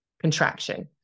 contraction